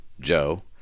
joe